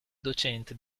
docente